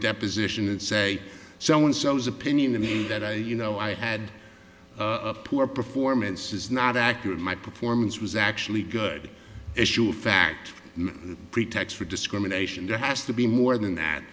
deposition and say so and so's opinion to me that i you know i had a poor performance is not accurate my performance was actually good issue of fact pretext for discrimination there has to be more than that